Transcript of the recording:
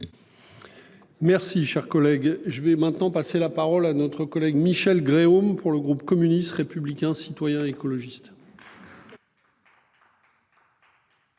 Merci cher collègue. Je vais maintenant passer la parole à notre collègue Michelle Gréaume pour le groupe communiste, républicain, citoyen et écologiste.